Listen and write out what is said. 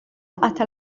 hasta